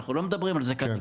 אנחנו לא מדברים על זה כרגע,